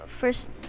first